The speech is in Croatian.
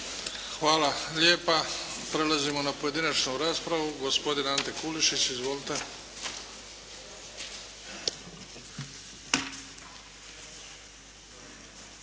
Hvala lijepa. Prelazimo na pojedinačnu raspravu. Gospodin Ante Kulušić. Izvolite.